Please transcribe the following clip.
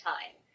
Time